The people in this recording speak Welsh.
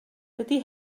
dydy